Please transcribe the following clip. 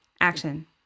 action